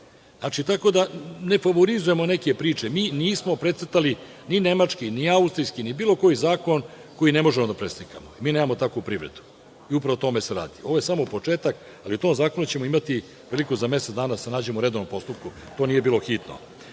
imaju, tako da nefavorizujemo neke priče. Mi nismo precrtali ni nemački, ni austrijski ni bilo koji zakon koji ne možemo da preslikamo. Mi nemamo takvu privredu i upravo o tome se radi. Ovo je samo početak, ali o tom zakonu ćemo imati priliku da se nađemo u redovnom postupku. To nije bilo hitno. Sastav